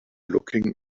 looking